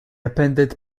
appended